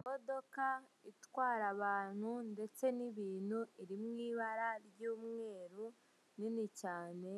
Imodoka itwara abantu ndetse n'ibintu iri mu ibara ry'umweru nini cyane,